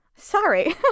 sorry